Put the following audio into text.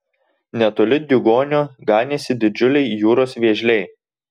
netoli diugonio ganėsi didžiuliai jūros vėžliai